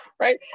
right